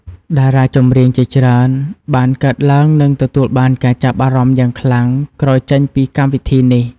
តារាចម្រៀងជាច្រើនបានកើតឡើងនិងទទួលបានការចាប់អារម្មណ៍យ៉ាងខ្លាំងក្រោយចេញពីកម្មវិធីនេះ។